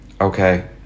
Okay